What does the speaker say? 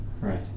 Right